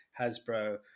Hasbro